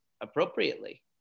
appropriately